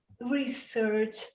research